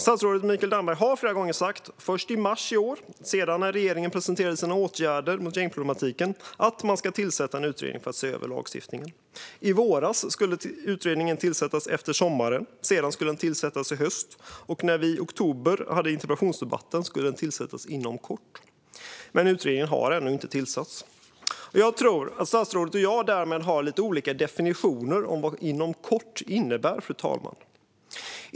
Statsrådet Mikael Damberg har flera gånger, först i mars i år och sedan när regeringen presenterade sina åtgärder mot gängproblematiken, sagt att man ska tillsätta en utredning för att se över lagstiftningen. I våras skulle utredningen tillsättas efter sommaren. Sedan skulle den tillsättas i höst, och när vi i oktober hade interpellationsdebatten skulle den tillsättas inom kort. Men utredningen har ännu inte tillsatts. Jag tror att statsrådet och jag har lite olika definitioner av vad "inom kort" innebär, fru talman.